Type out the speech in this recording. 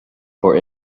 for